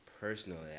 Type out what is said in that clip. Personally